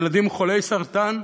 ילדים חולי סרטן?